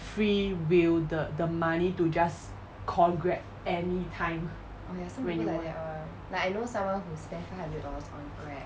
free will the the money to just call grab any time when you want